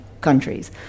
countries